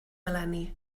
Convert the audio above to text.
eleni